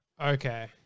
Okay